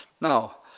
Now